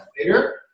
later